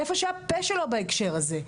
איפה שהפה שלו בהקשר הזה.